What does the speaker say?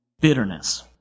bitterness